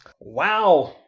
Wow